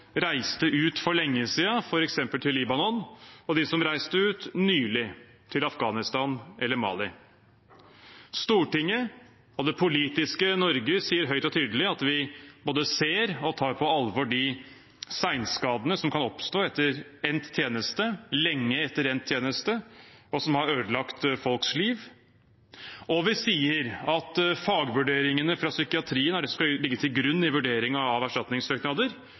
reiste ut for lenge siden, f.eks. til Libanon, og de som reiste ut nylig, til Afghanistan eller Mali. Stortinget og det politiske Norge sier høyt og tydelig at vi både ser og tar på alvor de senskadene som kan oppstå etter endt tjeneste, lenge etter endt tjeneste, og som har ødelagt folks liv. Og vi sier at fagvurderingene fra psykiatrien er det som skal ligge til grunn i vurderingen av erstatningssøknader,